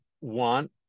want